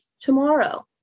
tomorrow